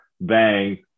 bang